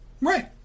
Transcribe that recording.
right